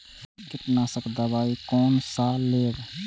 कीट नाशक दवाई कोन सा लेब?